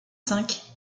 cinq